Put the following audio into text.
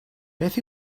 beth